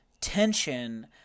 tension